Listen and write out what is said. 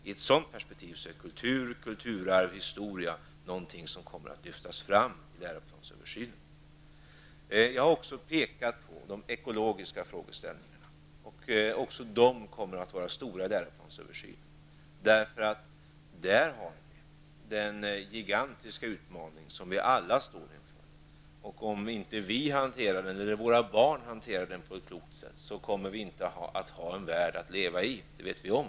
I ett sådant perspektiv är kultur, kulturarv, historia någonting som kommer att lyftas fram i läroplansöversynen. Jag har också pekat på de ekologiska frågeställningarna. Även de kommer att vara stora i läroplansöversynen. Där har vi den gigantiska utmaning som vi alla står inför. Om inte vi eller våra barn hanterar den på ett klokt sätt, kommer vi inte att ha en värld att leva i. Det vet vi om.